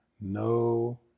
no